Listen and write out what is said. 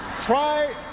try